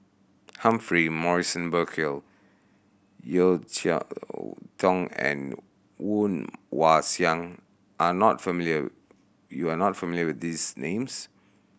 Humphrey Morrison Burkill Yeo Cheow Tong and Woon Wah Siang are not familiar you are not familiar with these names